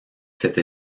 cette